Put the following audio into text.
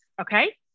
okay